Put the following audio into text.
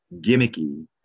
gimmicky